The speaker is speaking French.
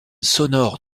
sonore